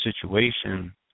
situation